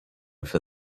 for